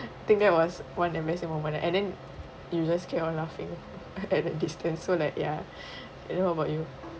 I think that was one embarrassing moment and then you just keep on laughing at a distance so like ya I know about you